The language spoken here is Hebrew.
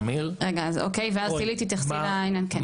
רגע, ואז סלעית תתייחסי לעניין, כן.